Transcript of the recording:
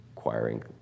acquiring